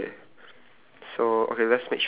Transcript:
okay we say all our differences then